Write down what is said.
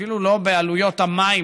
אפילו לא בעלויות המים,